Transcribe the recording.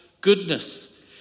goodness